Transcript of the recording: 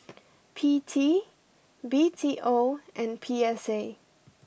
P T B T O and P S A